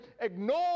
ignore